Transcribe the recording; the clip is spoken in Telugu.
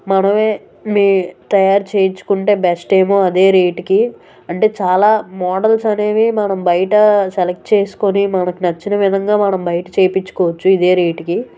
మనమే మీ తయారు చేయించుకుంటే బెస్ట్ ఏమో అదే రేటుకి అంటే చాలా మోడల్స్ అనేవి మనం బయటా సెలక్ట్ చేసుకొని మనకి నచ్చిన విధంగా మనం బయట చేయించుకోవచ్చు ఇదే రేటుకి